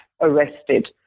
arrested